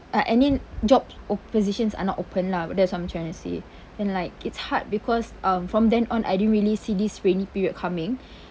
uh any job op~ positions are not open lah that's what I'm trying to say and like it's hard because um from then on I didn't really see this rainy period coming